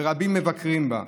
ורבים מבקרים בה.